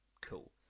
cool